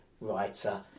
writer